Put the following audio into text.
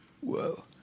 Whoa